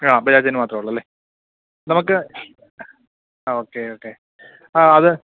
ആ ബജാജിൻ്റെ മാത്രമേ ഉള്ളൂ അല്ലേ നമുക്ക് ഓക്കെ ഓക്കെ ആ അത്